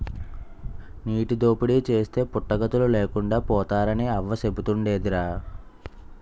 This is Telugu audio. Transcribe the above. నీటి దోపిడీ చేస్తే పుట్టగతులు లేకుండా పోతారని అవ్వ సెబుతుండేదిరా